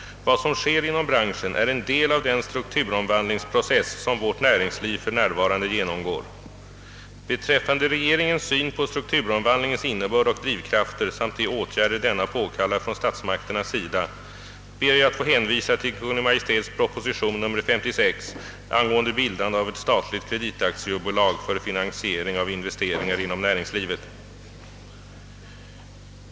Vad som sker inom branschen är en del av den strukturomvandlingsprocess som vårt näringsliv för närvarande genomgår. Beträffande regeringens syn på strukturomvandlingens innebörd och drivkrafter samt de åtgärder denna påkallar från statsmakternas sida ber jag att få hänvisa till Kungl. Maj:ts proposition nr 56 angående bildande av ett statligt kreditaktiebolag för finansiering av investeringar inom näringslivet.